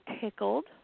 tickled